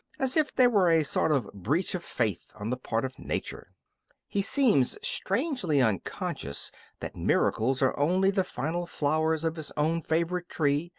as if they were a sort of breach of faith on the part of nature he seems strangely unconscious that miracles are only the final flowers of his own favourite tree,